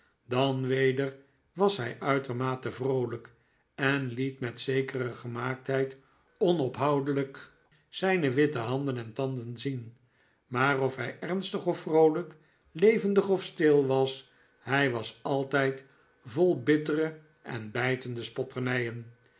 dan weder was hij uitermate vroolijk en liet met zekere gemaaktheid onophoudelijk zh'ne witte handen en tanden zien maar of hij ernstig of vroolijk levendig of stil was hij was altijd vol bittere en bijtende